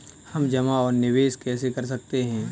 हम जमा और निवेश कैसे कर सकते हैं?